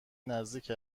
نزدیک